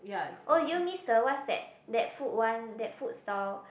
oh you miss the what's that that food one that food stall